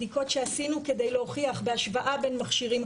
שעשינו כדי להוכיח בהשוואה בין מכשירים,